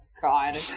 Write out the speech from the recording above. God